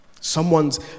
Someone's